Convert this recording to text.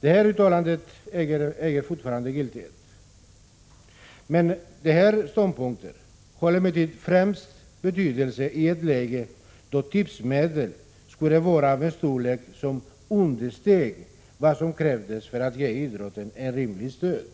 Detta uttalande äger fortfarande giltighet, men dessa ståndpunkter har främst betydelse i ett läge då tipsmedel skulle vara av en storlek som understeg vad som krävs för att ge idrotten ett rimligt stöd.